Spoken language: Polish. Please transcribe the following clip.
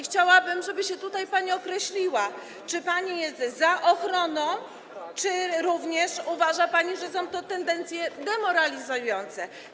Chciałabym, żeby się pani określiła, czy pani jest za ochroną, czy również uważa pani, że to są tendencje demoralizujące.